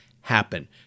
happen